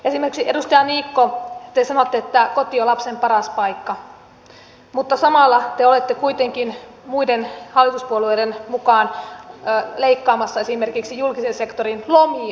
esimerkiksi edustaja niikko te sanotte että koti on lapsen paras paikka mutta samalla te olette kuitenkin muiden hallituspuolueiden mukana leikkaamassa esimerkiksi julkisen sektorin lomia